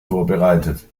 vorbereitet